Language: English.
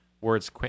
words